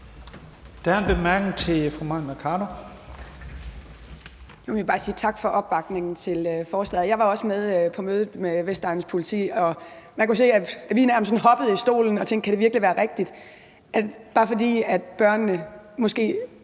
Der er en bemærkning til fru Mai Mercado